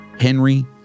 Henry